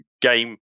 game